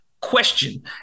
question